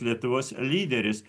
lietuvos lyderis